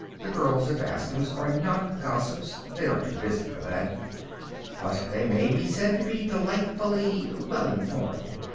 the girls at bascom's are not gossips they are too busy for that but they may be said to be delightfully well informed.